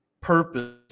purpose